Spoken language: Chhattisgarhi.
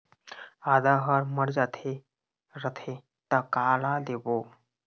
आदा हर मर जाथे रथे त काला देबो?